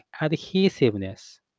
adhesiveness